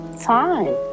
fine